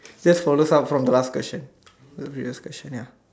just follow some from the last question just be last question ya